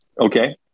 Okay